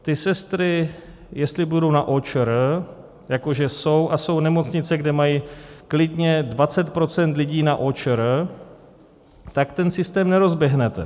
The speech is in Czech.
Ty sestry, jestli budou na OČR, jako že jsou, a jsou nemocnice, kde mají klidně 20 % lidí na OČR tak ten systém nerozběhnete.